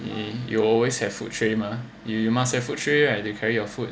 you you will always have food tray you you must have food tray right to carry your food